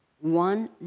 one